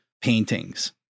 paintings